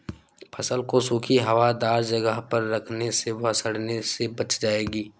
फसल को सूखी, हवादार जगह पर रखने से वह सड़ने से बच जाएगी